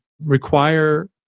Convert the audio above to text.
require